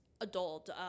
adult